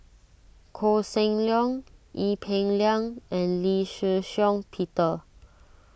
Koh Seng Leong Ee Peng Liang and Lee Shih Shiong Peter